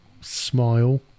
smile